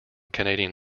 canadian